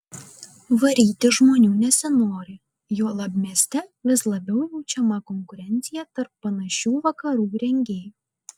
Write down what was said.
varyti žmonių nesinori juolab mieste vis labiau jaučiama konkurencija tarp panašių vakarų rengėjų